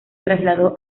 trasladó